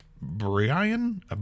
Brian